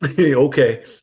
okay